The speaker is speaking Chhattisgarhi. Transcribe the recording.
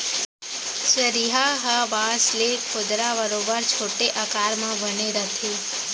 चरिहा ह बांस ले खोदरा बरोबर छोटे आकार म बने रथे